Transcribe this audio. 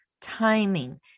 timing